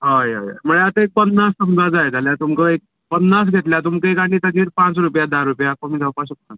हय हय हय म्हळ्या आतां एक पन्नास समजा जाय जाल्या तुमकां एक पन्नास घेतल्या तुमकां एक आनी ताजेर पांच रुपया धा रुपया कमी जावपा शकता